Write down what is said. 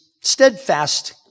steadfast